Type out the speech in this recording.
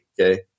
Okay